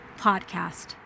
podcast